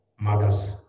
mother's